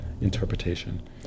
interpretation